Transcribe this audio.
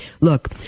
look